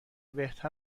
بهتر